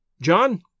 John